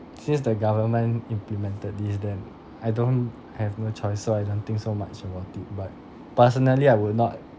since the government implemented this then I don't I have no choice so I don't think so much about it but personally I will not